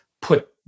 put